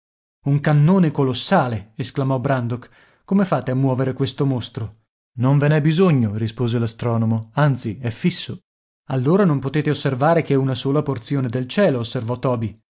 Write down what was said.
un cannone colossale esclamò brandok come fate a muovere questo mostro non ve n'è bisogno rispose l'astronomo anzi è fisso allora non potete osservare che una sola porzione del cielo osservò toby